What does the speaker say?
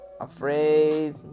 afraid